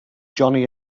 johnny